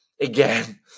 again